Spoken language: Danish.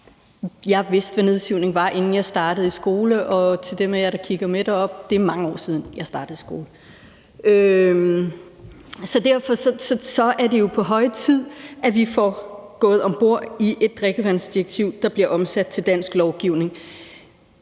Jeg vidste, hvad nedsivning var, inden jeg startede i skole, og til dem af jer, der kigger med deroppe, vil jeg sige, at det er mange år siden, jeg startede i skole. Så derfor er det jo på høje tid, at vi får gået om bord i et drikkevandsdirektiv, der bliver omsat til dansk lovgivning.